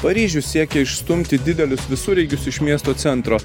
paryžius siekia išstumti didelius visureigius iš miesto centro